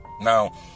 Now